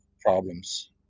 problems